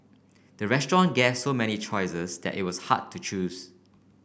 the restaurant gave so many choices that it was hard to choose